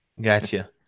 Gotcha